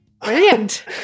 brilliant